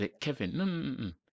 Kevin